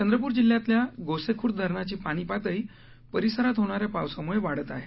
चंद्रपूर जिल्ह्यातल्या गोसेखुर्द धरणाची पाणी पातळी परिसरात होणाऱ्या पावसामुळे वाढत आहे